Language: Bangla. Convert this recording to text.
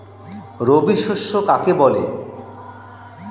রবি শস্য কাকে বলে?